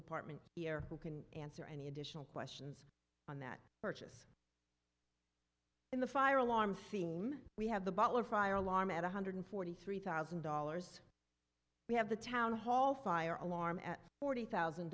department here who can answer any additional questions on that purchase in the fire alarm fim we have the butler fire alarm at one hundred forty three thousand dollars we have the town hall fire alarm at forty thousand